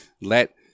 let